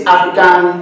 African